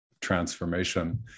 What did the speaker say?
transformation